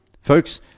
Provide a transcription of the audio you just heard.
Folks